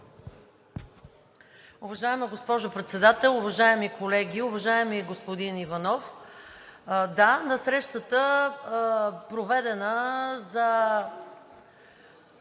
Уважаема госпожо Председател, уважаеми колеги! Уважаеми господин Иванов, да, на срещата, проведена за